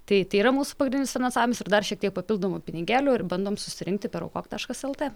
tai tai yra mūsų pagrindinis finansavimas ir dar šiek tiek papildomų pinigėlių ir bandom susirinkti per aukok taškas lt